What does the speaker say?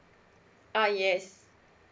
uh yes